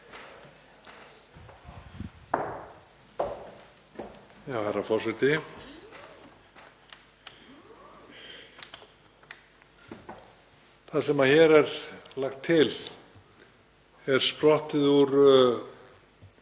Það sem hér er lagt til er sprottið úr